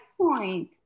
point